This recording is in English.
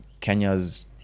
Kenya's